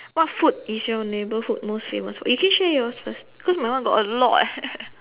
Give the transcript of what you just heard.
what food is your neighbourhood most famous for you can share yours first cause my one got a lot eh